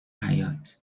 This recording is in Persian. حباط